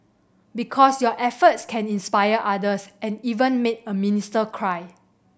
because your efforts can inspire others and even make a minister cry